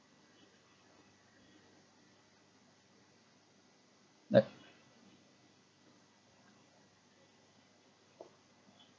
but